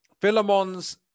Philemon's